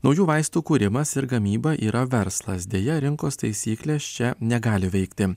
naujų vaistų kūrimas ir gamyba yra verslas deja rinkos taisyklės čia negali veikti